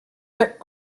but